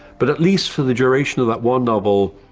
but at least for the duration of that one novel,